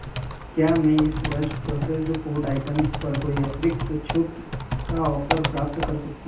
क्या मैं इस वर्ष प्रोसेस्ड फूड आइटम्स पर कोई अतिरिक्त छूट का ऑफ़र प्राप्त कर सकता